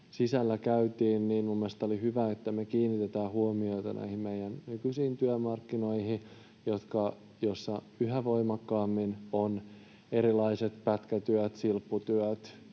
sisällä käydään, mielestäni on hyvä, että me kiinnitetään huomiota meidän nykyisiin työmarkkinoihin, joilla yhä voimakkaammin on erilaiset pätkätyöt, silpputyöt